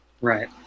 right